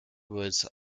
was